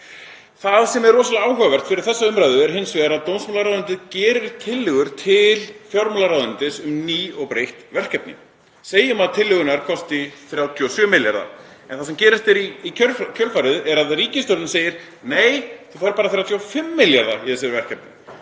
Það sem er rosalega áhugavert fyrir þessa umræðu er hins vegar að dómsmálaráðuneytið gerir tillögur til fjármálaráðuneytis um ný og breytt verkefni. Segjum að tillögurnar kosti 37 milljarða. Það sem gerist í kjölfarið er að ríkisstjórnin segir: Nei, þú færð bara 35 milljarða í þessi verkefni.